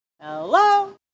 Hello